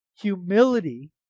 Humility